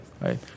Right